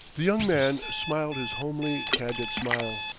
the young man smiled his homely, candid smile.